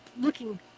looking